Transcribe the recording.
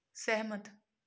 ਸਹਿਮਤ